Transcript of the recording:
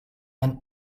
ein